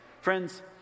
Friends